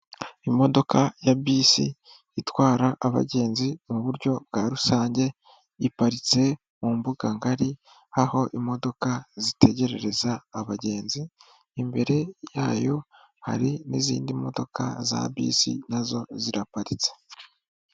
Imodoka ya bisi itwara abagenzi mu buryo bwa rusange, iparitse mu mbuganga ngari aho imodoka zitegerereza abagenzi, imbere yayo hari n'izindi modoka za bisi nazo ziraparitse.